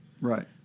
Right